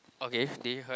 okay did it hurt